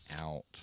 out